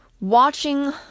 watching